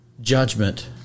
judgment